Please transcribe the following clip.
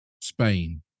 Spain